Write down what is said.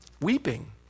weeping